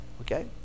okay